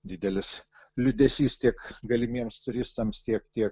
didelis liūdesys tiek galimiems turistams tiek tiek